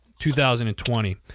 2020